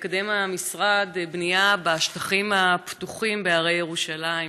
מקדם המשרד בנייה בשטחים הפתוחים בהרי ירושלים.